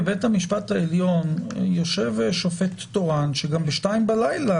בבית המשפט העליון יושב שופט תורן גם ב-2:00 בלילה,